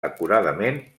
acuradament